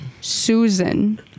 Susan